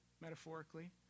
metaphorically